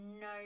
no